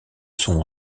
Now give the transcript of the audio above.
son